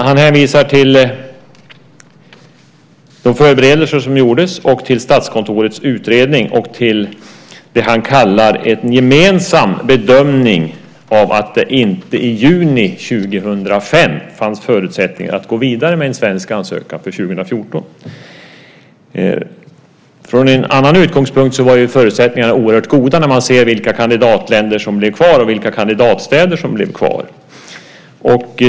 Han hänvisar till de förberedelser som gjordes, till Statskontorets utredning och till det han kallar för en gemensam bedömning av att det inte i juni 2005 fanns förutsättningar att gå vidare med en svensk ansökan för 2014. Från en annan utgångspunkt var förutsättningarna oerhört goda när man ser vilka kandidatländer som blev kvar och vilka kandidatstäder som blev kvar.